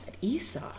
Esau